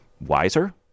wiser